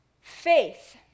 faith